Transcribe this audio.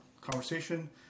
conversation